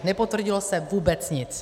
Nepotvrdilo se vůbec nic.